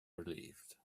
relieved